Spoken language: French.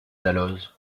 dalloz